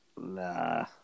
Nah